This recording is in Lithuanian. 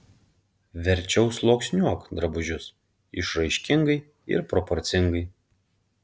verčiau sluoksniuok drabužius išraiškingai ir proporcingai